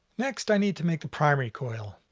next i need to make the primary coil.